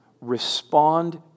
respond